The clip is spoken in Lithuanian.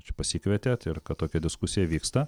čia pasikvietėt ir kad tokia diskusija vyksta